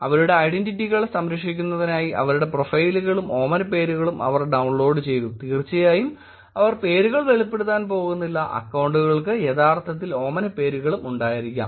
അവരുടെ ഐഡന്റിറ്റികൾ സംരക്ഷിക്കുന്നതിനായി അവരുടെ പ്രൊഫൈലുകളും ഓമനപ്പേരുകളും അവർ ഡൌൺലോഡ് ചെയ്തു തീർച്ചയായും അവർ പേരുകൾ വെളിപ്പെടുത്താൻ പോകുന്നില്ല അക്കൌണ്ടുകൾക്ക് യഥാർത്ഥത്തിൽ ഓമനപ്പേരുകളും ഉണ്ടായിരിക്കാം